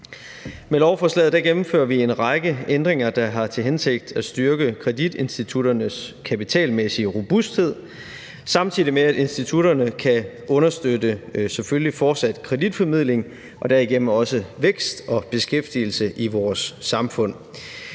Med lovforslaget gennemfører vi en række ændringer, der har til hensigt at styrke kreditinstitutternes kapitalmæssige robusthed, samtidig med at institutterne selvfølgelig kan understøtte fortsat kreditformidling og derigennem også vækst og beskæftigelse i vores samfund.